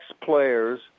players